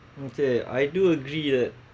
okay I do agree that